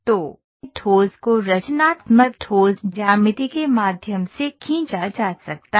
तो ठोस को रचनात्मक ठोस ज्यामिति के माध्यम से खींचा जा सकता है